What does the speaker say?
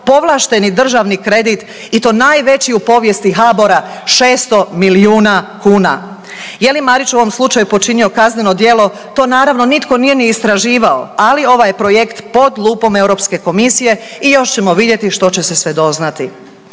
povlašteni državni kredit i to najveći u povijesti HABOR-a 600 milijuna kuna. Je li Marić u ovom slučaju počinio kazneno djelo, to naravno nitko nije ni istraživao, ali ovaj je projekt pod lupom Europske komisije i još ćemo vidjeti što će se sve doznati.